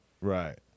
Right